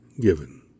given